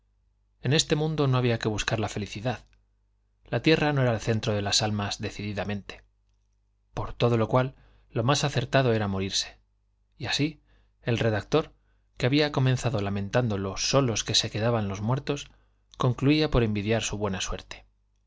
en este mundo no había que buscar la felicidad la tierra no era el centro de las almas decididamente por todo lo cual lo más acertado era morirse y así el redactor que había comenzado lamentando lo solos que se quedaban los muertos concluía por envidiar su buena suerte